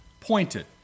pointed